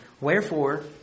Wherefore